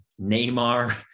Neymar